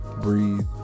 breathe